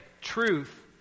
truth